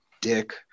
dick